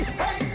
hey